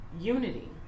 unity